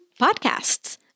podcasts